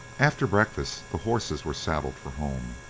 after breakfast the horses were saddled for home.